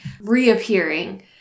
reappearing